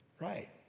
right